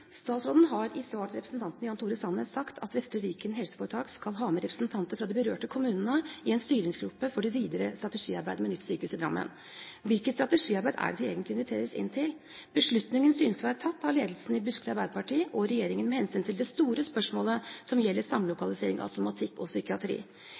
Statsråden har i svar til representanten Jan Tore Sanner sagt at Vestre Viken HF skal ha med representanter fra de berørte kommunene i en styringsgruppe for det videre strategiarbeidet med nytt sykehus i Drammen. Hvilket strategiarbeid er det de egentlig inviteres inn til? Beslutningen synes å være tatt av ledelsen i Buskerud Arbeiderparti og regjeringen med hensyn til det store spørsmålet som gjelder